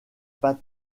pas